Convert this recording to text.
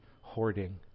hoarding